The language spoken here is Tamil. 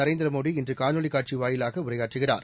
நரேந்திர மோடி இன்று காணொலிக் காட்சி வாயிலாக உரையாற்றுகிறார்